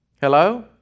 Hello